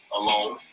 alone